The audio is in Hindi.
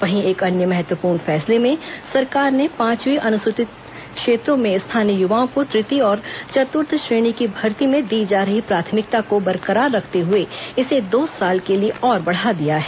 वहीं एक अन्य महत्वपूर्ण फैसले में सरकार ने पांचवीं अनुसूचित क्षेत्रों में स्थानीय युवाओं को तृतीय और चतुर्थ श्रेणी की भर्ती में दी जा रही प्राथमिकता को बरकरार रखते हुए इसे दो साल के लिए और बढ़ा दिया है